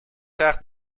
graag